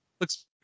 looks